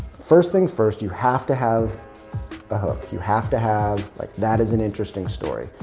first things first, you have to have a hook. you have to have like that is an interesting story.